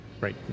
right